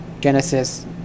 Genesis